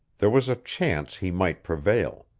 there was a chance he might prevail.